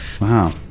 Wow